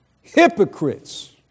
hypocrites